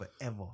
forever